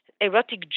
erotic